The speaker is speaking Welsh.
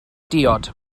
diod